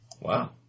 Wow